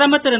பிரதமர் திரு